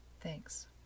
Thanks